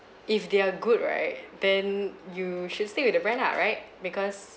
if they're good right then you should stick with the brand lah right because